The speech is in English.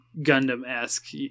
Gundam-esque